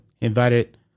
invited